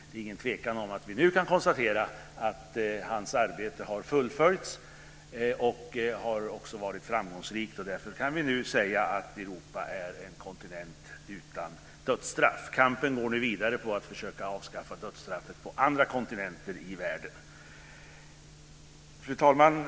Nu kan vi konstatera att hans arbete har fullföljts, och det har också varit framgångsrikt. Därför kan vi nu säga att Europa är en kontinent utan dödsstraff. Kampen går nu vidare med att försöka avskaffa dödsstraffet på andra kontinenter i världen. Fru talman!